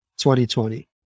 2020